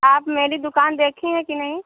आप मेरी दुकान देखी हैं कि नहीं